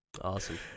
Awesome